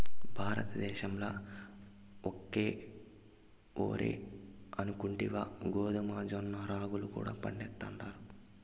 భారతద్దేశంల ఒక్క ఒరే అనుకుంటివా గోధుమ, జొన్న, రాగులు కూడా పండతండాయి